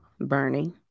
Bernie